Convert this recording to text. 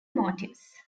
motives